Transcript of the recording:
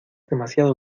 demasiado